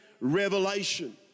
revelation